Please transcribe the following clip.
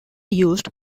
used